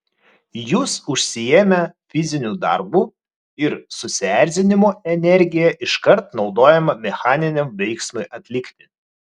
jūs užsiėmę fiziniu darbu ir susierzinimo energija iškart naudojama mechaniniam veiksmui atlikti